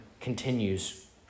continues